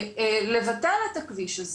לבטל את הכביש הזה.